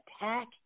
attack